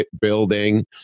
building